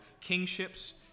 kingships